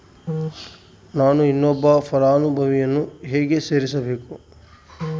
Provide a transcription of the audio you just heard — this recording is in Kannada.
ನಾನು ಇನ್ನೊಬ್ಬ ಫಲಾನುಭವಿಯನ್ನು ಹೆಂಗ ಸೇರಿಸಬೇಕು?